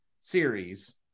series